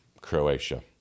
Croatia